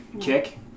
kick